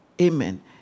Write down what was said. Amen